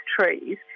trees